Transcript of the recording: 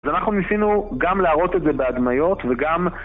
אז אנחנו ניסינו גם להראות את זה בהדמיות וגם...